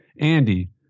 Andy